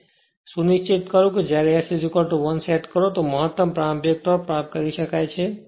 જો સુનિશ્ચિત કરો કે જ્યારે S 1 સેટ કરો તો મહત્તમ પ્રારંભિક ટોર્ક પ્રાપ્ત કરી શકાય છે